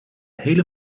hele